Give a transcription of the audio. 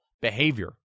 behavior